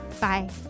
Bye